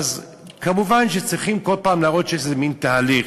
אז מובן שצריכים כל פעם להראות שיש איזה מין תהליך,